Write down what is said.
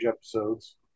episodes